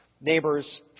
neighbors